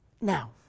Now